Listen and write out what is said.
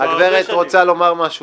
הם פתוחים לעניין הזה.